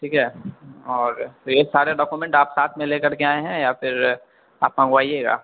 ٹھیک ہے اور یہ سارے ڈاکومنٹ آپ ساتھ میں لے کر کے آئے ہیں یا پھر آپ منگوائیے گا